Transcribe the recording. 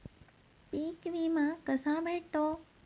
पीक विमा कसा भेटतो?